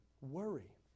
worry